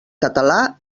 català